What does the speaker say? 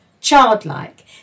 childlike